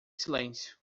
silêncio